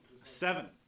Seven